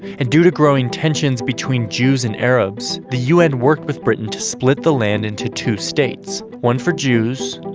and due to growing tension between jews and arabs, the un worked with the britain to split the land into two states, one for jews,